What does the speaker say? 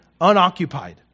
unoccupied